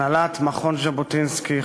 הנהלת מכון ז'בוטינסקי,